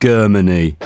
Germany